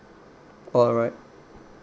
alright